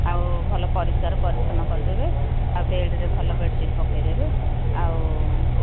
ଆଉ ଭଲ ପରିଷ୍କାର ପରିଚ୍ଛନ୍ନ କରିଦେବେ ଆଉ ବେଡ଼ରେ ଭଲ ବେଡ଼ସିଟ୍ ପକେଇଦେବେ ଆଉ